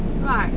right